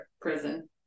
prison